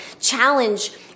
challenge